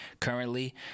currently